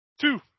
Two